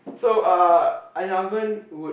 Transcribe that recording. so uh an oven would